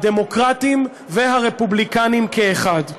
הדמוקרטים והרפובליקנים כאחד.